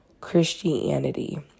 Christianity